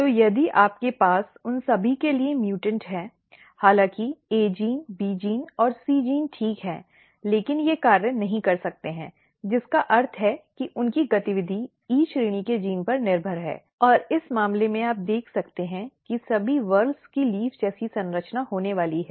तो यदि आपके पास उन सभी के लिए म्यूटॅन्ट है हालांकि A जीन B जीन और C जीन ठीक हैं लेकिन ये कार्य नहीं कर सकते हैं जिसका अर्थ है कि उनकी गतिविधि E श्रेणी के जीन पर निर्भर है और इस मामले में आप देख सकते हैं कि सभी वर्ल की लीफ जैसी संरचना होने वाली है